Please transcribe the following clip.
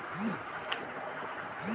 ভেড়া গুলোকে মানুষ বড় পোষ্য করে রাখে